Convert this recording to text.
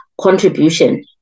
contribution